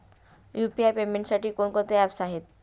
UPI पेमेंटसाठी कोणकोणती apps आहेत?